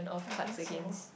I think so